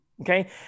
Okay